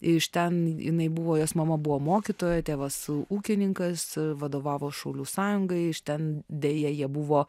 iš ten jinai buvo jos mama buvo mokytoja tėvas ūkininkas vadovavo šaulių sąjungai iš ten deja jie buvo